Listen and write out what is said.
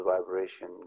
vibration